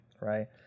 right